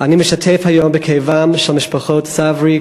אני משתתף היום בכאבן של משפחות סברי,